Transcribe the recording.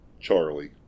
Charlie